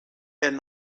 and